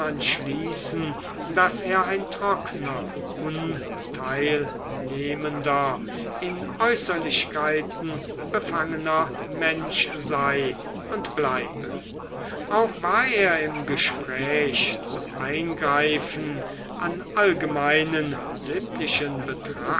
schließen daß er ein trockner unteilnehmender in äußerlichkeiten befangener mensch sei und bleibe auch war er im gespräch zum eingreifen an allgemeinen sittlichen